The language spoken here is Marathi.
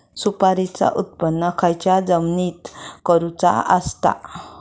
सुपारीचा उत्त्पन खयच्या जमिनीत करूचा असता?